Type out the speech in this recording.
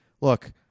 look